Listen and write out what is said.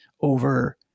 over